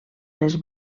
les